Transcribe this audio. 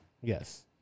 Yes